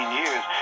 years